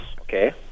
okay